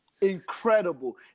Incredible